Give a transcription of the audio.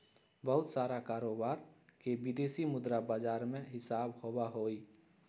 बहुत सारा कारोबार के विदेशी मुद्रा बाजार में हिसाब होबा हई